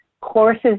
courses